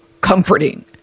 comforting